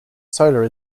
solar